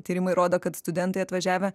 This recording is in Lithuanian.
tyrimai rodo kad studentai atvažiavę